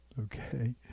okay